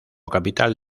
capital